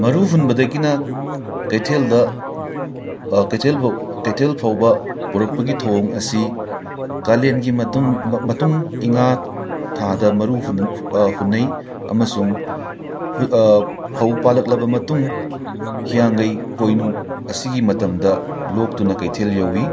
ꯃꯔꯨ ꯍꯨꯟꯕꯗꯒꯤꯅ ꯀꯩꯊꯦꯜꯗ ꯀꯩꯊꯦꯜꯐꯥꯎ ꯀꯩꯊꯦꯜ ꯐꯥꯎꯕ ꯄꯨꯔꯛꯄꯒꯤ ꯊꯧꯑꯣꯡ ꯑꯁꯤ ꯀꯥꯂꯦꯟꯒꯤ ꯃꯇꯨꯡ ꯃ ꯃꯇꯨꯡ ꯏꯉꯥ ꯊꯥꯗ ꯃꯔꯨ ꯍꯨꯟ ꯍꯨ ꯍꯨꯟꯅꯩ ꯑꯃꯁꯨꯡ ꯍꯨ ꯐꯧ ꯄꯥꯜꯂꯛꯂꯕ ꯃꯇꯨꯡ ꯍꯤꯌꯥꯡꯒꯩ ꯄꯣꯏꯅꯨ ꯑꯁꯤꯒꯤ ꯃꯇꯝꯗ ꯂꯣꯛꯇꯨꯅ ꯀꯩꯊꯦꯜ ꯌꯧꯏ